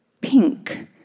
pink